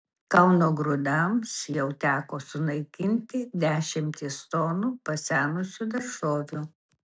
kauno grūdams jau teko sunaikinti dešimtis tonų pasenusių daržovių